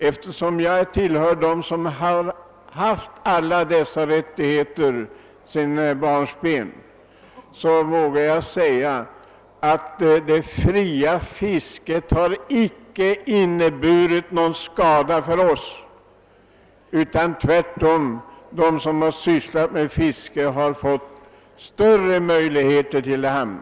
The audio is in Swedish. Eftersom jag hör till dem som har haft alla dessa rättigheter sedan barnsben, vågar jag säga att det fria fisket icke inneburit någon skada för oss; tvärtom har de som sysslat med fiske fått större handlingsfrihet.